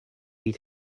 eat